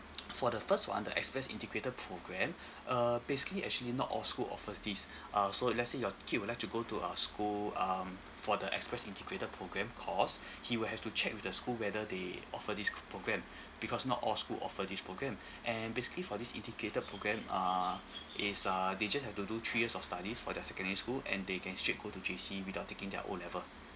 for the first one the express integrated program uh basically actually not all school offers this uh so let's say your kid would like to go to a school um for the express integrated program course he will have to check with the school whether they offer this program because not all school offer this program and basically for this integrated program uh it's uh they just have to do three years of studies for the secondary school and they can straight go to J_C without taking their O level